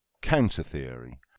counter-theory